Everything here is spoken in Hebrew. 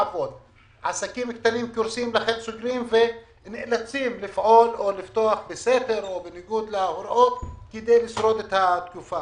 עסקים קטנים נאלצים לפעול או לפתוח בסתר כדי לשרוד את התקופה.